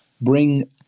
bring